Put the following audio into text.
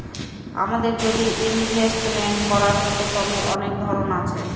আমাদের যদি ইনভেস্টমেন্ট করার হতো, তবে অনেক ধরন আছে